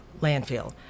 landfill